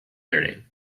learning